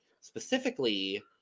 specifically